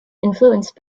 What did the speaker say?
influenced